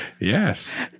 Yes